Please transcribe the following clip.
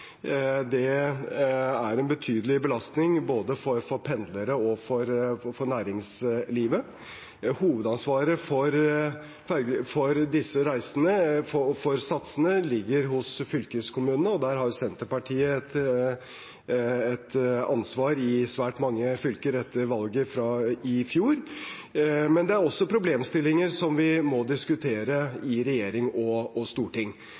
Det er en betydelig belastning både for pendlere og for næringslivet. Hovedansvaret for disse reisene og satsene ligger hos fylkeskommunene, og der har Senterpartiet et ansvar i svært mange fylker etter valget i fjor. Men det er også problemstillinger som vi må diskutere i regjering og storting.